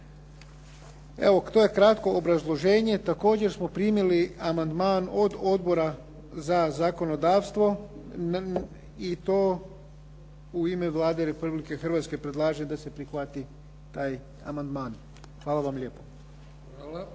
Evo to je kratko obrazloženje. Također smo primili amandman od Odbora za zakonodavstvo i to u ime Vlade Republike Hrvatske predlaže da se prihvati taj amandman. Hvala vam lijepo.